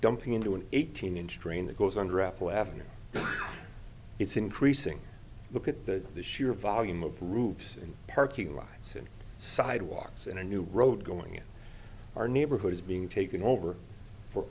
dumping into an eighteen inch drain that goes on rappel ave it's increasing look at that the sheer volume of roofs in parking lots and sidewalks and a new road going in our neighborhood is being taken over for